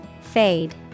Fade